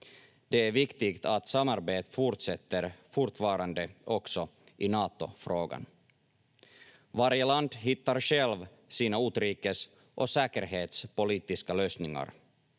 Det är viktigt att samarbetet fortsätter fortfarande också i Natofrågan. Varje land hittar själv sina utrikes- och säkerhetspolitiska lösningar.